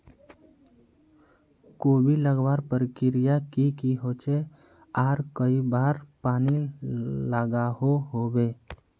कोबी लगवार प्रक्रिया की की होचे आर कई बार पानी लागोहो होबे?